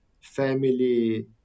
family